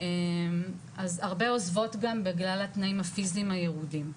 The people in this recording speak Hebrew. אז הרבה עוזבות גם בגלל התנאים הפיזיים הירודים.